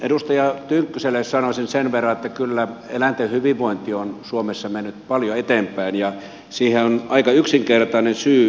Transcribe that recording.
edustaja tynkkyselle sanoisin sen verran että kyllä eläinten hyvinvointi on suomessa mennyt paljon eteenpäin ja siihen on aika yksinkertainen syy